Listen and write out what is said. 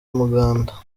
umuganda